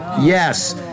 Yes